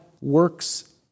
works